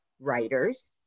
writers